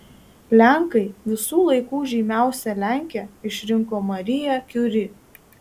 lenkai visų laikų žymiausia lenke išrinko mariją kiuri